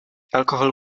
alkohol